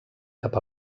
cap